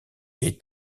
est